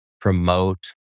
promote